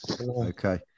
Okay